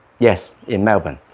yes in melbourne